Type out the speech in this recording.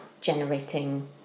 generating